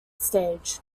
stage